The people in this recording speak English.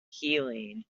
helene